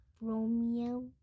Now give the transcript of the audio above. Romeo